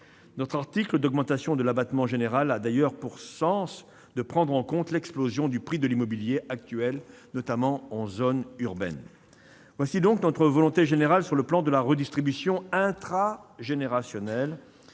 Notre article d'augmentation de l'abattement général a d'ailleurs pour sens de prendre en compte l'explosion du prix de l'immobilier actuel, notamment en zone urbaine. Telle est notre volonté générale sur le plan de la redistribution intragénérationnelle,